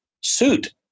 suit